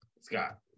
Scott